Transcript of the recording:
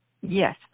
Yes